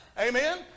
Amen